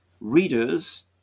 readers